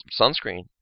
sunscreen